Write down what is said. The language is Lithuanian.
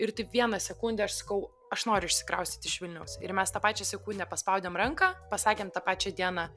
ir taip vieną sekundę aš sakau aš noriu išsikraustyti iš vilniaus ir mes tą pačią sekundę paspaudėm ranką pasakėm tą pačią dieną